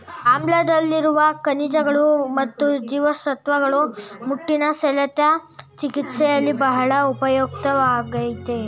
ಆಮ್ಲಾದಲ್ಲಿರುವ ಖನಿಜಗಳು ಮತ್ತು ಜೀವಸತ್ವಗಳು ಮುಟ್ಟಿನ ಸೆಳೆತ ಚಿಕಿತ್ಸೆಯಲ್ಲಿ ಬಹಳ ಉಪಯುಕ್ತವಾಗಯ್ತೆ